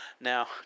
Now